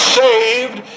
saved